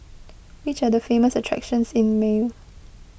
which are the famous attractions in Male